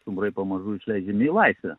stumbrai pamažu išleidžiami į laisvę